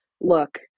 look